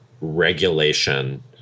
regulation